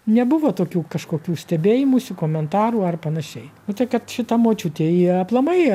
nebuvo tokių kažkokių stebėjimųsi komentarų ar panašiai nu tai kad šita močiutė ji aplamai